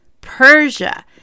Persia